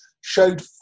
showed